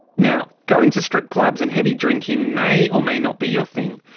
now, going to strip clubs and heavy drinking may, or may not, be your thing.